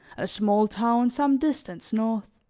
a small town some distance north.